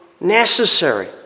necessary